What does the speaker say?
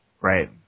right